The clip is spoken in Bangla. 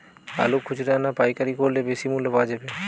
আলু খুচরা না পাইকারি করলে বেশি মূল্য পাওয়া যাবে?